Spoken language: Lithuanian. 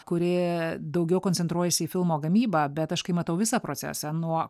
kuri daugiau koncentruojasi į filmo gamybą bet aš kai matau visą procesą nuo